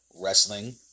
wrestling